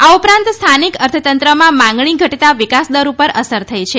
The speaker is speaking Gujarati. આ ઉપરાંત સ્થાનિક અર્થતંત્રમાં માંગણી ઘટતાં વિકાસદર ઉપર અસર થઇ છે